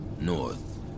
north